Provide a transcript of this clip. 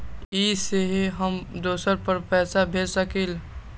इ सेऐ हम दुसर पर पैसा भेज सकील?